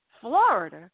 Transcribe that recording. Florida